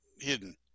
hidden